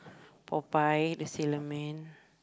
Popeye the sailor man